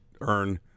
earn